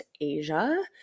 Asia